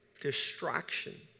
Distraction